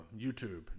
YouTube